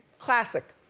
classic,